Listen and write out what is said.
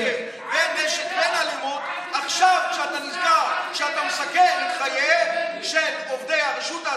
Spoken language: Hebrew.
מה הקשר בין הבדואים להסכם אוסלו?